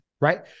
right